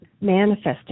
manifesting